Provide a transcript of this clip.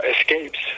escapes